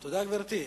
תודה, גברתי.